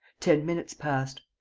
ten minutes passed.